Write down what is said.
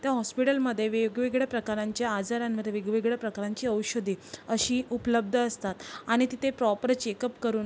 त्या हॉस्पिटलमध्ये वेगवेगळ्या प्रकारांचे आजारांमध्ये वेगवेगळ्या प्रकारांची औषधे अशी उपलब्ध असतात आणि तिथे प्रॉपर चेकअप करून